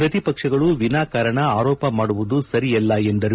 ಪ್ರತಿಪಕ್ಷಗಳು ವಿನಾ ಕಾರಣ ಆರೋಪ ಮಾಡುವುದು ಸರಿಯಲ್ಲ ಎಂದರು